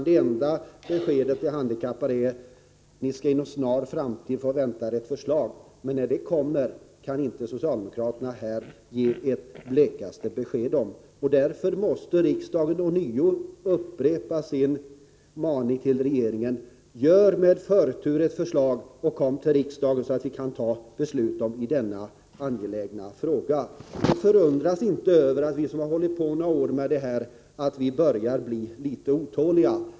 Det enda besked de handikappade fått är att de inom en snar framtid kan vänta sig ett förslag. Men när det förslaget kommer kan inte socialdemokraterna ge det minsta besked om. Därför måste riksdagen ånyo upprepa sin maning till regeringen: Utforma med förtur ett förslag och kom till riksdagen så att vi kan ta beslut i denna angelägna fråga! Förundras inte över att vi som har arbetat några år med denna fråga börjar bli otåliga.